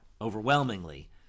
overwhelmingly